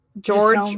George